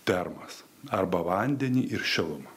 termas arba vandenį ir šilumą